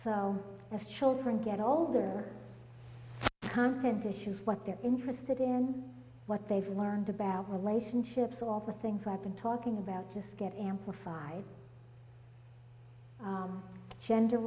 so as children get older and issues what they're interested in what they've learned about relationships all the things i've been talking about just get amplified gender